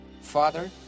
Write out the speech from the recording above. Father